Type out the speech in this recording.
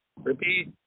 Repeat